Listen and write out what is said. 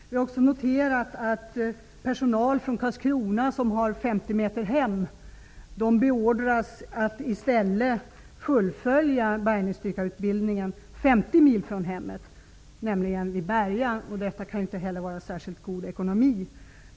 Jag har också noterat att personal från Karlskrona som har femtio meter hem beordras att i stället fullfölja bärgningsdykarutbildningen femtio mil från hemmet, nämligen vid Berga. Detta kan inte heller vara särskilt god ekonomi.